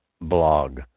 blog